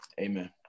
Amen